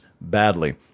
Badly